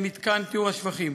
מתקן טיהור השפכים.